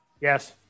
Yes